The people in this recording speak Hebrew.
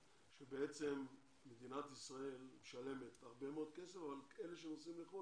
שבעצם מדינת ישראל משלמת הרבה מאוד כסף אבל על אלה שנוסעים לחוץ לארץ,